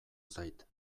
zait